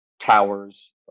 towers